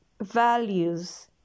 values